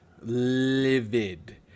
livid